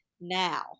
now